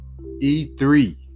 E3